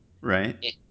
right